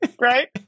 Right